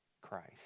Christ